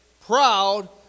proud